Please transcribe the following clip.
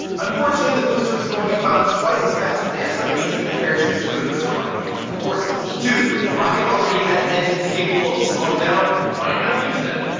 unfortunately, the booster is going about twice as fast as the ah srbs and the parachutes couldn't survive the extra forces. two the rocket already has engines capable of slowing down, why not use them?